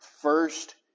first